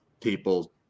people